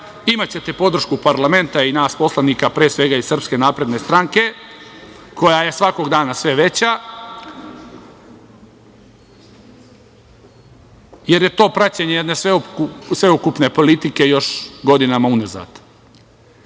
imaćete podršku parlamenta i nas poslanika, pre svega, iz SNS koja je svakog dana sve veća, jer je to praćenje jedne sveukupne politike još godinama unazad. Na